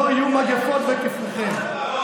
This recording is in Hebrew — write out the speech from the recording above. לא יהיו מגפות בכפריכם.